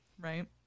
Right